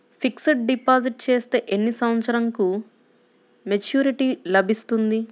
Fixed deposit చేస్తే ఎన్ని సంవత్సరంకు మెచూరిటీ లభిస్తుంది?